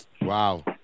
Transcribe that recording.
Wow